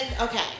Okay